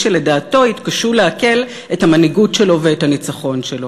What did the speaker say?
שלדעתו התקשו לעכל את המנהיגות שלו ואת הניצחון שלו.